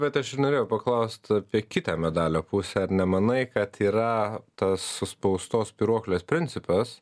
vat aš ir norėjau paklaust apie kitą medalio pusę ar nemanai kad yra tas suspaustos spyruoklės principas